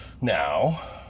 Now